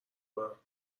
کنم